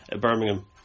Birmingham